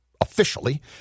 officially